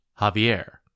Javier